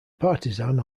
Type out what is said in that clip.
partisan